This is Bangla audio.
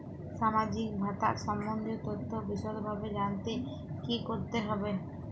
সামাজিক ভাতা সম্বন্ধীয় তথ্য বিষদভাবে জানতে কী করতে হবে?